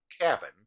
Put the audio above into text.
cabin